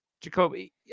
Jacoby